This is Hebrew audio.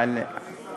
אבל, אדוני שר